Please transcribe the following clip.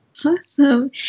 Awesome